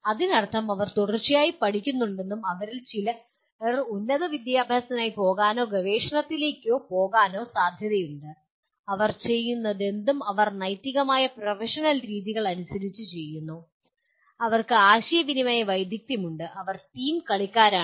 അതിനർത്ഥം അവർ തുടർച്ചയായി പഠിക്കുന്നുണ്ടെന്നും അവരിൽ ചിലർ ഉന്നത വിദ്യാഭ്യാസത്തിനായി പോകാനോ ഗവേഷണത്തിലേക്കോ പോകാനും സാധ്യതയുണ്ട് അവർ ചെയ്യുന്നതെന്തും അവർ നൈതികമായ പ്രൊഫഷണൽ രീതികൾ അനുസരിച്ച് ചെയ്യുന്നു അവർക്ക് ആശയവിനിമയ വൈദഗ്ധ്യമുണ്ട് അവർ ടീം കളിക്കാരാണ്